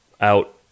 out